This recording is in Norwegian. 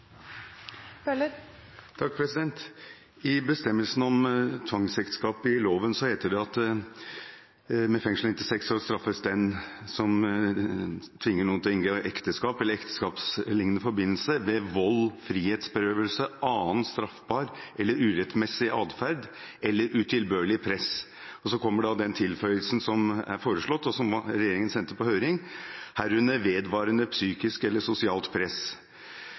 om tvangsekteskap i straffeloven heter det: «Med fengsel inntil 6 år straffes den som ved vold, frihetsberøvelse, annen straffbar eller urettmessig atferd eller utilbørlig press, herunder vedvarende psykisk eller sosialt press, tvinger noen a) til å inngå ekteskap b) inn i en ekteskapslignende forbindelse.» Den tilføyelsen som er foreslått, og som regjeringen har sendt på høring, er «herunder vedvarende psykisk eller sosialt press».